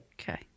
Okay